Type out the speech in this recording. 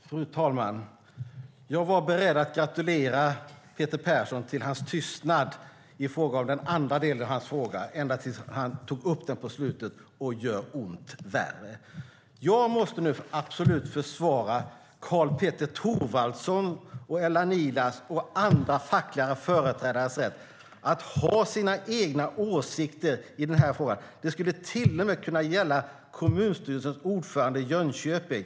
Fru talman! Jag var beredd att gratulera Peter Persson till hans tystnad i fråga om den andra delen av hans fråga, tills han tog upp den på slutet och gjorde ont värre. Jag måste nu absolut försvara Karl-Petter Thorwaldsson, Ella Niia och andra fackliga företrädares rätt att ha sina egna åsikter i frågan. Det skulle till och med kunna gälla kommunstyrelsens ordförande i Jönköping.